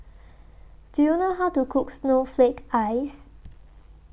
Do YOU know How to Cook Snowflake Ice